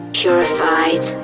purified